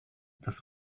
das